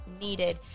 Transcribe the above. needed